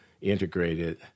integrated